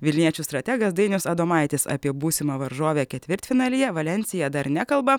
vilniečių strategas dainius adomaitis apie būsimą varžovę ketvirtfinalyje valensiją dar nekalba